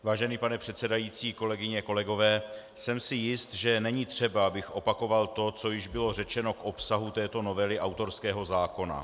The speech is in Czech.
Vážený pane předsedající, kolegyně a kolegové, jsem si jist, že není třeba, abych opakoval to, co již bylo řečeno k obsahu této novely autorského zákona.